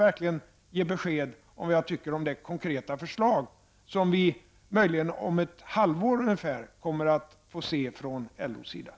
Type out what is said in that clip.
Sedan skall jag ge besked om vad jag anser om det konkreta förslag som LO kommer att lägga fram, möjligen om ett havlår.